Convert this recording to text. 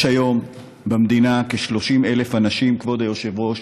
יש היום במדינה כ-30,000 אנשים, כבוד היושב-ראש,